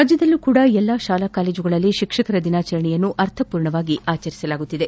ರಾಜ್ಯದಲ್ಲೂ ಕೂಡ ಎಲ್ಲಾ ಶಾಲಾ ಕಾಲೇಜುಗಳಲ್ಲಿ ಶಿಕ್ಷಕರ ದಿನಾಚರಣೆಯನ್ನು ಅರ್ಥಪೂರ್ಣವಾಗಿ ಆಚರಿಸಲಾಗುತಿದೆ